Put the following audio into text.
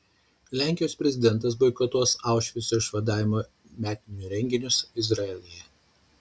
lenkijos prezidentas boikotuos aušvico išvadavimo metinių renginius izraelyje